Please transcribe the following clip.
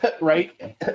Right